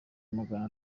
magana